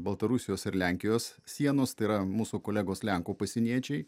baltarusijos ir lenkijos sienos tai yra mūsų kolegos lenkų pasieniečiai